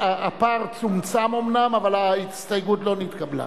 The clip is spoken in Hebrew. אומנם הפער צומצם, אבל ההסתייגות לא נתקבלה.